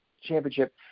championship